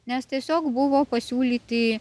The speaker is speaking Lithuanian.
nes tiesiog buvo pasiūlyti